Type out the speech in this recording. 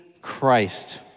Christ